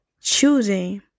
choosing